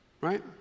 right